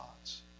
thoughts